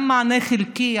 גם מענה חלקי,